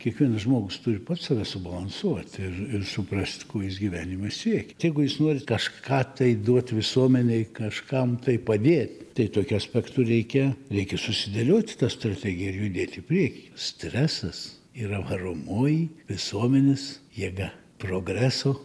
kiekvienas žmogus turi pats save subalansuot ir ir suprast ko jis gyvenime siek jeigu jūs norit kažką tai duot visuomenei kažkam tai padėt tai tokiu aspektu reikia reikia susidėliot tą strategiją ir judėt į priekį stresas yra varomoji visuomenės jėga progreso